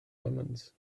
omens